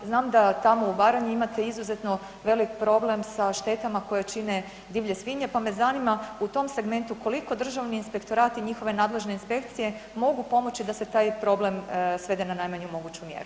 Znam da tamo u Baranji imate izuzetno velik problem sa štetama koje čine divlje svinje, pa me zanima u tom segmentu koliko državni inspektorati i njihove nadležne inspekcije mogu pomoći da se taj problem svede na najmanju moguću mjeru?